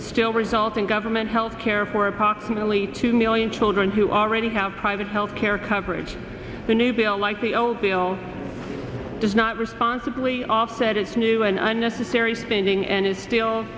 would still result in government health care for approximately two million children who already have private health care coverage the new bill like the old bill does not responsibly offset its new and unnecessary spending and is still